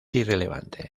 irrelevante